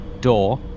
door